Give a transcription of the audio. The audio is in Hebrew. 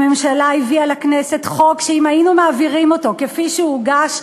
הממשלה הביאה לכנסת חוק שאם היינו מעבירים אותו כפי שהוגש,